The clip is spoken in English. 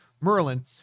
Merlin